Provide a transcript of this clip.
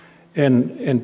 en